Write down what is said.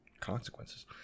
consequences